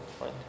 right